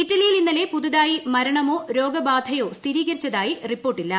ഇറ്റലിയിൽ ഇന്നലെ പുതിയതായി മരണമോ രോഗബാധയോ സ്ഥിരീകരിച്ചതായി റിപ്പോർട്ടില്ല